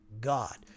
God